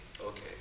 Okay